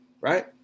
Right